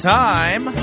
time